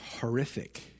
horrific